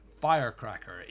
Firecracker